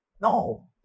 No